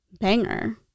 Banger